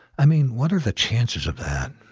i mean, what are the chances of that.